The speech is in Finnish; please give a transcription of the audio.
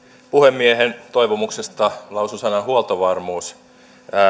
puhemiehen toivomuksesta lausun sanan huoltovarmuus